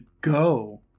go